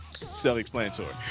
self-explanatory